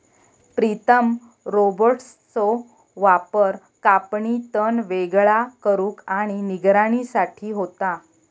प्रीतम रोबोट्सचो वापर कापणी, तण वेगळा करुक आणि निगराणी साठी होता